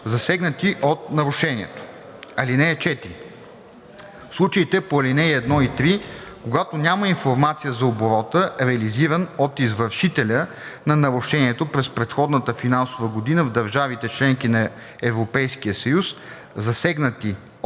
засегнати от нарушението.